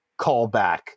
callback